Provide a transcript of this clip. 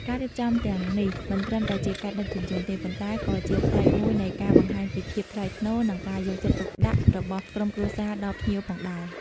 ការរៀបចំទាំងនេះមិនត្រឹមតែជាការដឹកជញ្ជូនទេ ប៉ុន្តែក៏ជាផ្នែកមួយនៃការបង្ហាញពីភាពថ្លៃថ្នូរ និងការយកចិត្តទុកដាក់របស់ក្រុមគ្រួសារដល់ភ្ញៀវផងដែរ។